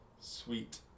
sweet